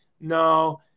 No